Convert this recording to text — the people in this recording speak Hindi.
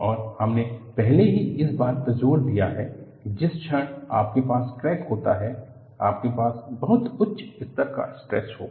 और हमने पहले ही इस बात पर जोर दिया है कि जिस क्षण आपके पास क्रैक होगा आपके पास बहुत उच्च स्तर का स्ट्रेस होगा